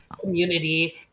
community